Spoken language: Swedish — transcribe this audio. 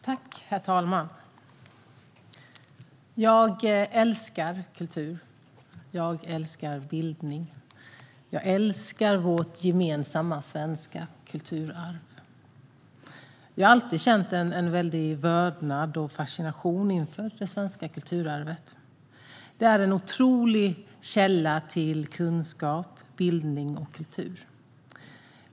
Herr talman! Jag älskar kultur. Jag älskar bildning. Jag älskar vårt gemensamma svenska kulturarv. Jag har alltid känt en väldig vördnad och fascination inför det svenska kulturarvet. Det är en otrolig källa till kunskap, bildning och kultur.